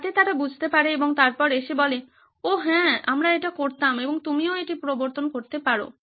যাতে তারা বুঝতে পারে এবং তারপর এসে বলে ওহ্ হ্যাঁ আমরা এটি করতাম এবং তুমি এটিও পরিবর্তন করতে পারো